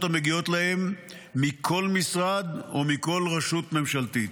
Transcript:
המגיעות להם מכל משרד ומכל רשות ממשלתית.